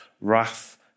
wrath